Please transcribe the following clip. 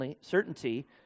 certainty